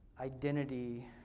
identity